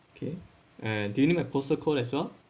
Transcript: okay ah do you need my postal code as well